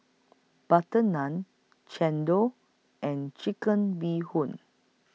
Butter Naan Chendol and Chicken Bee Hoon